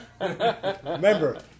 Remember